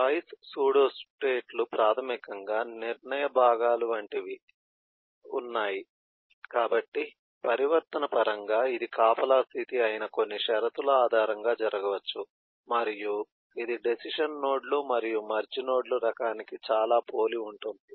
choice సూడోస్టేట్లు ప్రాథమికంగా నిర్ణయ భాగాలు వంటివి ఉన్నాయి కాబట్టి పరివర్తన పరంగా ఇది కాపలా స్థితి అయిన కొన్ని షరతుల ఆధారంగా జరగవచ్చు మరియు ఇది డెసిషన్ నోడ్లు మరియు మెర్జ్ నోడ్ల రకానికి చాలా పోలి ఉంటుంది